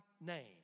name